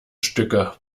stücke